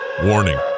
Warning